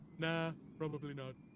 nah probably not